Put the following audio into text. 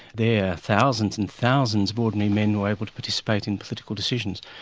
there thousands and thousands of ordinary men were able to participate in political decisions.